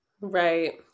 Right